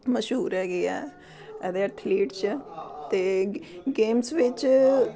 ਮਸ਼ਹੂਰ ਹੈਗੇ ਆ ਇਹਦੇ ਐਥਲੀਟ 'ਚ ਅਤੇ ਗ ਗੇਮਸ ਵਿੱਚ